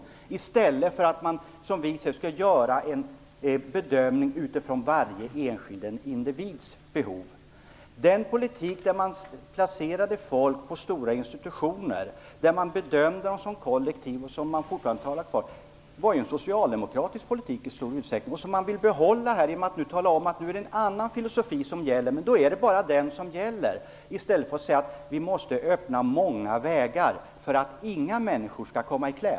Vi anser att man i stället skulle ha gjort en bedömning utifrån varje enskild individs behov. Den politik där man placerade folk på stora institutioner och bedömde dem som kollektiv var i stor utsträckning socialdemokratisk. Man vill behålla den genom att säga att det nu är en annan filosofi som gäller. Men det är då bara den som gäller. Man borde i stället öppna många vägar för att ingen människa skall behöva komma i kläm.